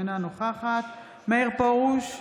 אינה נוכחת מאיר פרוש,